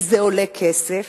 כי זה עולה כסף,